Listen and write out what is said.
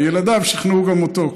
וילדיו שכנעו גם אותו,